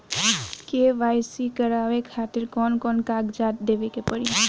KYC करवावे खातिर कौन कौन कागजात देवे के पड़ी?